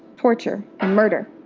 torture and murder.